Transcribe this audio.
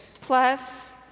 plus